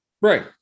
Right